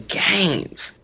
games